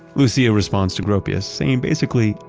lucia responds to gropius, saying basically,